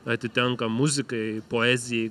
atitenka muzikai poezijai